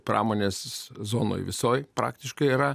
pramonės zonoj visoj praktiškai yra